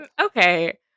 okay